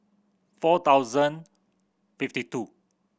four thousand fifty two